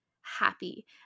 happy